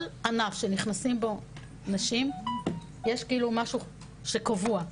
כל ענף שנכנסות בו נשים יש כאילו משהו שהוא קבוע,